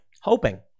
Hoping